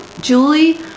Julie